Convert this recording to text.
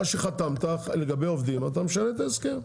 מה שחתמת לגבי עובדים, אתה משנה את ההסכם.